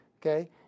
Okay